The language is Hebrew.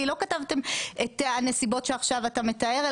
לא כתבתם את הנסיבות שעכשיו אתה מתאר,